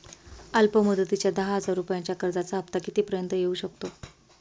अल्प मुदतीच्या दहा हजार रुपयांच्या कर्जाचा हफ्ता किती पर्यंत येवू शकतो?